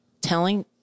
telling